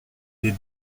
des